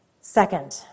Second